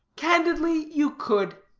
candidly, you could.